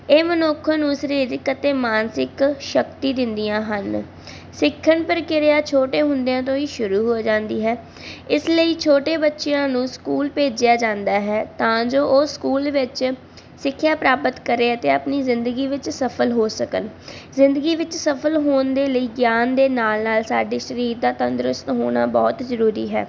ਇਹ ਮਨੁੱਖ ਨੂੰ ਸਰੀਰਕ ਅਤੇ ਮਾਨਸਿਕ ਸ਼ਕਤੀ ਦਿੰਦੀਆਂ ਹਨ ਸਿੱਖਣ ਪ੍ਰਕਿਰਿਆ ਛੋਟੇ ਹੁੰਦਿਆਂ ਤੋਂ ਹੀ ਸ਼ੁਰੂ ਹੋ ਜਾਂਦੀ ਹੈ ਇਸ ਲਈ ਛੋਟੇ ਬੱਚਿਆਂ ਨੂੰ ਸਕੂਲ ਭੇਜਿਆ ਜਾਂਦਾ ਹੈ ਤਾਂ ਜੋ ਉਹ ਸਕੂਲ ਵਿੱਚ ਸਿੱਖਿਆ ਪ੍ਰਾਪਤ ਕਰੇ ਅਤੇ ਆਪਣੀ ਜ਼ਿੰਦਗੀ ਵਿੱਚ ਸਫ਼ਲ ਹੋ ਸਕਣ ਜ਼ਿੰਦਗੀ ਵਿੱਚ ਸਫ਼ਲ ਹੋਣ ਦੇ ਲਈ ਗਿਆਨ ਦੇ ਨਾਲ ਨਾਲ ਸਾਡੇ ਸਰੀਰ ਦਾ ਤੰਦਰੁਸਤ ਹੋਣਾ ਬਹੁਤ ਜ਼ਰੂਰੀ ਹੈ